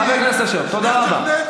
חבר הכנסת אשר, תודה רבה.